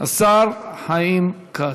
השר חיים כץ.